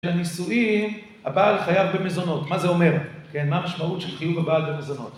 בנישואין הבעל חייב במזונות. מה זה אומר? מה המשמעות של חיוב הבעל במזונות?